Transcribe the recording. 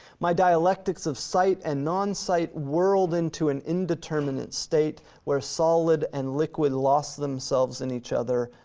my dialectics of site and non-site whirled into an indeterminate state where solid and liquid lost themselves in each other,